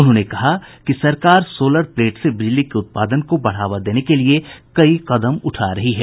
उन्होंने कहा कि सरकार सोलर प्लेट से बिजली के उत्पादन को बढ़ावा देने के लिये कई कदम उठा रही है